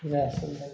जासिगोनदां